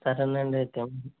సరే నండి అయితే